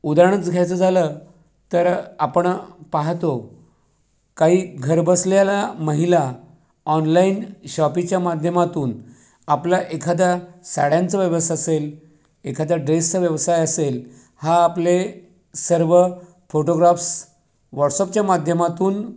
उदाहरणच घ्यायचं झालं तर आपण पाहातो काही घरबसल्या महिला ऑनलाईन शॉपीच्या माध्यमातून आपला एखादा साड्यांचा व्यवस असेल एखादा ड्रेसचा व्यवसाय असेल हा आपले सर्व फोटोग्राफ्स वॉट्सअपच्या माध्यमातून